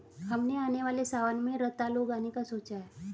हमने आने वाले सावन में रतालू उगाने का सोचा है